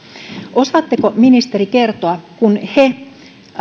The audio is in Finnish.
osaatteko ministeri kertoa kun he